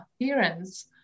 appearance